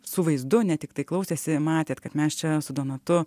su vaizdu ne tiktai klausėsi matėt kad mes čia su donatu